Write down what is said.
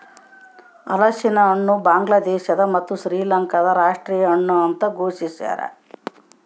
ಹಲಸಿನಹಣ್ಣು ಬಾಂಗ್ಲಾದೇಶ ಮತ್ತು ಶ್ರೀಲಂಕಾದ ರಾಷ್ಟೀಯ ಹಣ್ಣು ಅಂತ ಘೋಷಿಸ್ಯಾರ